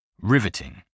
Riveting